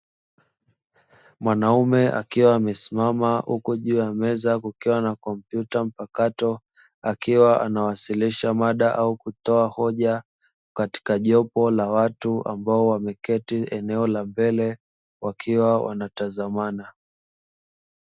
Mwanaume akiwa amesimama huku juu ya meza kukiwa na kompyuta mpakato akiwa anawasilisha mada au kutoa hoja katika jopo la watu ambao wameketi eneo la mbele wakiwa wanatazamana.